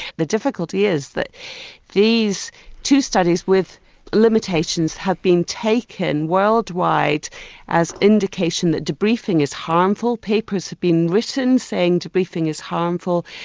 the difficulty is that these two studies with limitations had been taken worldwide as indication that debriefing is harmful, papers have been written saying debriefing is harmful,